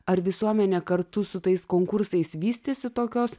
ar visuomenė kartu su tais konkursais vystėsi tokios